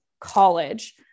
college